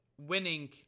Winning